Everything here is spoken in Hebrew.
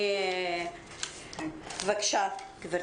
בבקשה גברתי.